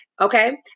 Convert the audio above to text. Okay